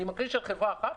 אני מקריא של חברה אחת,